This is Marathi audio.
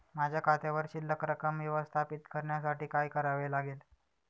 माझ्या खात्यावर शिल्लक रक्कम व्यवस्थापित करण्यासाठी काय करावे लागेल?